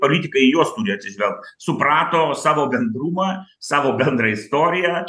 politikai į juos turi atsižvelgt suprato savo bendrumą savo bendrą istoriją